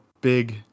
big